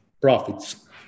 profits